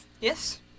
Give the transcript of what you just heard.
Yes